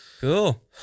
Cool